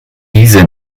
diese